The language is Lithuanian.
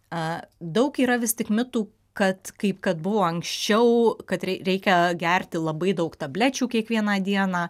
daug yra vis tik mitų kad kaip kad buvo anksčiau kad rei reikia gerti labai daug tablečių kiekvieną dieną